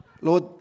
Lord